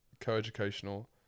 co-educational